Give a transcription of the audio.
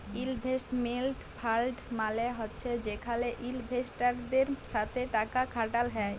investment fund মালে হছে যেখালে ইলভেস্টারদের সাথে টাকা খাটাল হ্যয়